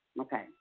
Okay